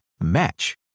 match